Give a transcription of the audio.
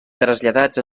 traslladats